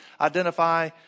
identify